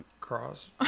Cross